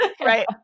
Right